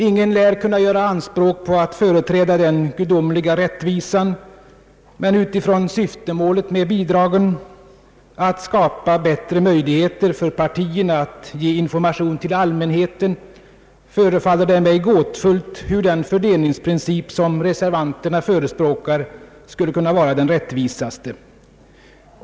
Ingen lär kunna göra anspråk på att företräda den gudomliga rättvisan, men utifrån syftemålet med bidragen — att skapa bättre möjligheter för partierna att ge information till allmänheten — förefaller det mig gåtfullt hur den fördelningsprincip som reservanterna förespråkar skulle kunna vara den mest rättvisa.